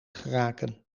geraken